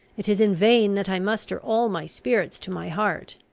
it is in vain that i muster all my spirits to my heart.